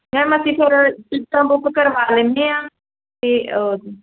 ma'am ਅਸੀਂ ਫਿਰ ਟਿਕਟਾਂ ਬੁੱਕ ਕਰਵਾ ਲੈਂਦੇ ਹਾਂ ਅਤੇ